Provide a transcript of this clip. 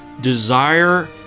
desire